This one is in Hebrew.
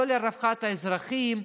לא לרווחת האזרחים,